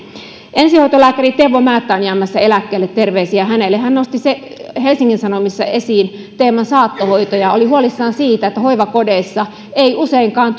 ensihoitolääkäri teuvo määttä on jäämässä eläkkeelle terveisiä hänelle hän nosti helsingin sanomissa esiin teeman saattohoito ja oli huolissaan siitä että hoivakodeissa ei useinkaan